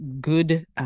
good –